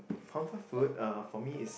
comfort food uh for me is